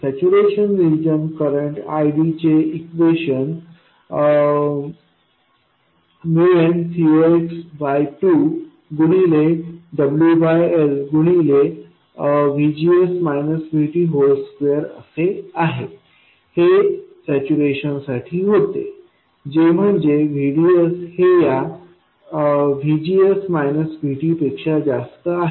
saturation region current ID चे equation nCox2 गुणिले WL गुणिलेVGS VT2असे होते हे सॅच्यूरेशन साठी होते जे म्हणजे VDS हे याVGS VT पेक्षा जास्त आहे